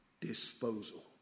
disposal